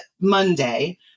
Monday